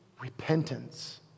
repentance